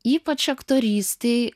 ypač aktorystėj